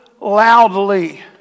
loudly